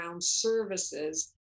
services